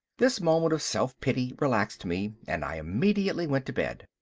this moment of self-pity relaxed me and i immediately went to bed.